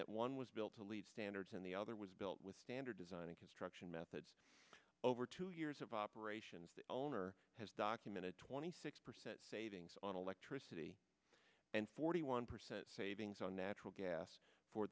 that one was built to lead standards and the other was built with standard design and construction methods over two years of operations the owner has documented twenty six percent savings on electricity and forty one percent savings on natural gas for